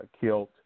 killed